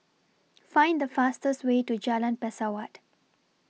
Find The fastest Way to Jalan Pesawat